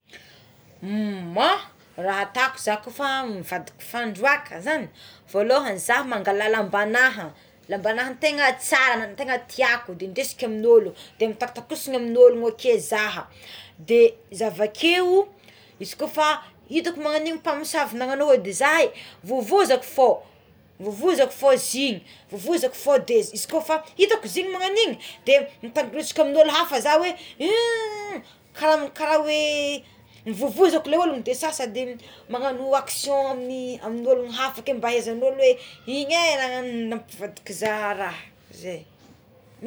Mah ma raha ataoko za kôfa nivadika fandroàka zany volohagny za mangala lamba anaha lamba anaha tegna tsara tegna tiako de ndesiko amign'olo de mitakotakosina amign'olo ake za de za avakeo itako fa magnagn'io mpamosavy nanao ody za vovozako fo vovozako fo izy igny vovozako de izy kôfa itako izy igny magnan'igny de mitady iresaka amign'olo afa za oé kara oé novovozako lay ologno de zah sadt magnagno action amin'ologno hafa ake mba ahaizan'olo oé igny é raha nampivadika za raha zay.